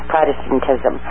Protestantism